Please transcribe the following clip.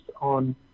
on